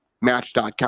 match.com